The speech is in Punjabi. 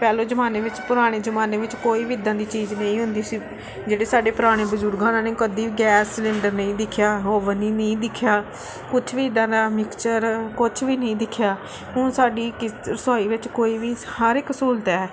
ਪਹਿਲੇ ਜ਼ਮਾਨੇ ਵਿੱਚ ਪੁਰਾਣੇ ਜ਼ਮਾਨੇ ਵਿੱਚ ਕੋਈ ਵੀ ਇੱਦਾਂ ਦੀ ਚੀਜ਼ ਨਹੀਂ ਹੁੰਦੀ ਸੀ ਜਿਹੜੇ ਸਾਡੇ ਪੁਰਾਣੇ ਬਜ਼ੁਰਗਾਂ ਹਨ ਉਹਨਾਂ ਨੇ ਕਦੀ ਗੈਸ ਸਿਲੰਡਰ ਨਹੀਂ ਦੇਖਿਆ ਹੋਵਨ ਵੀ ਨਹੀਂ ਦੇਖਿਆ ਕੁਛ ਵੀ ਇੱਦਾਂ ਦਾ ਮਿਕਸਚਰ ਕੁਛ ਵੀ ਨਹੀਂ ਦੇਖਿਆ ਹੁਣ ਸਾਡੀ ਰਸੋਈ ਵਿੱਚ ਕੋਈ ਵੀ ਹਰ ਇੱਕ ਸਹੂਲਤ ਹੈ